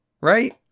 Right